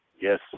yes